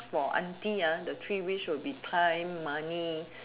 for aunty ah the three wish will be time money